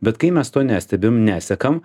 bet kai mes to nestebim nesekam